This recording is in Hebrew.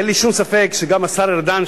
אין לי שום ספק שגם השר ארדן,